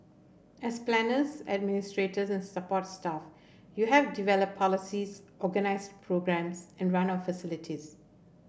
as planners administrators and support staff you have develop policies organize programmes and run our facilities